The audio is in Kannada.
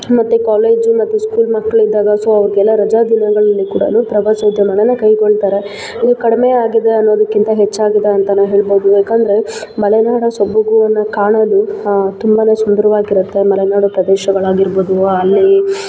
ಮತ್ತು ಕಾಲೇಜು ಮತ್ತು ಸ್ಕೂಲ್ ಮಕ್ಕಳಿದ್ದಾಗ ಸೊ ಅವ್ರಿಗೆಲ್ಲ ರಜಾದಿನಗಳಲ್ಲಿ ಕೂಡ ಪ್ರವಾಸೋದ್ಯಮನಾ ಕೈಗೊಳ್ತಾರೆ ಇದು ಕಡಿಮೆ ಆಗಿದೆ ಅನ್ನೋದಕ್ಕಿಂತ ಹೆಚ್ಚಾಗಿದೆ ಅಂತನೇ ಹೇಳ್ಬೋದು ಏಕಂದರೆ ಮಲೆನಾಡ ಸೊಬಗನ್ನ ಕಾಣಲು ತುಂಬ ಸುಂದರವಾಗಿರುತ್ತೆ ಮಲೆನಾಡು ಪ್ರದೇಶಗಳಾಗಿರ್ಬೋದು ಅಲ್ಲಿ